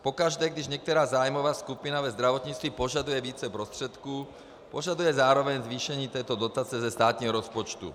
Pokaždé když některá zájmová skupina ve zdravotnictví požaduje více prostředků, požaduje zároveň zvýšení této dotace ze státního rozpočtu.